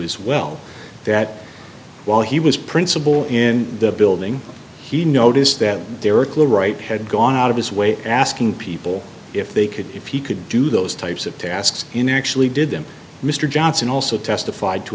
was well that while he was principal in the building he noticed that there were clear right had gone out of his way asking people if they could if he could do those types of tasks in actually did them mr johnson also testified to